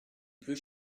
pleut